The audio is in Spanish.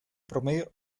promedio